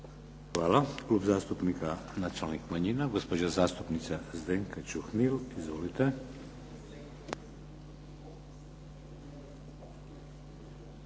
Hvala. Klub zastupnika nacionalnih manjina, gospođa zastupnica Zdenka Čuhnil. Izvolite.